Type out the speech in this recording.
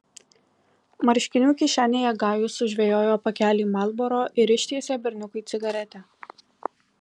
marškinių kišenėje gajus sužvejojo pakelį marlboro ir ištiesė berniukui cigaretę